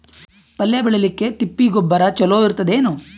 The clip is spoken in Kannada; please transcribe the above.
ಪಲ್ಯ ಬೇಳಿಲಿಕ್ಕೆ ತಿಪ್ಪಿ ಗೊಬ್ಬರ ಚಲೋ ಇರತದೇನು?